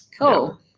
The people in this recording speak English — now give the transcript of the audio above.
Cool